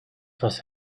was